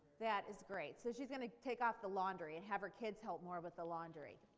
that is great. so she's going to take off the laundry and have her kids help more with the laundry.